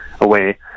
away